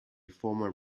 former